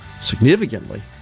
significantly